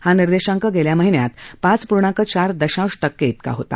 हा निर्देशांक गेल्या महिन्यात पाच पूर्णांक चार दशांश टक्के होता